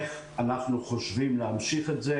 איך אנחנו חושבים להמשיך את זה?